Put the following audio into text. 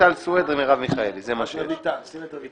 שים את רויטל.